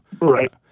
Right